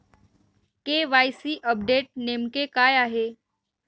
KYC update नेमके काय आहे?